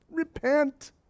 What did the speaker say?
repent